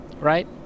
Right